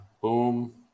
boom